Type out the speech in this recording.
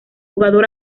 jugador